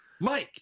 Mike